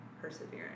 perseverance